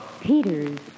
Peters